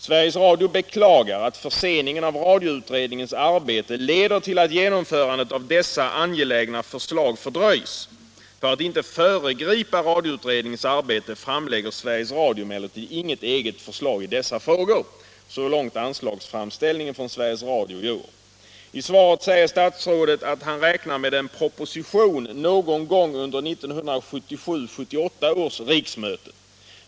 Sveriges Radio beklagar att förseningen av radioutredningens arbete leder till att genomförandet av dessa angelägna förslag fördröjs. För att inte föregripa radioutredningens arbete framlägger Sveriges Radio emellertid inget eget förslag i dessa frågor.” I sitt svar säger statsrådet att han räknar med en proposition någon gång under 1977/78 års riksmöte.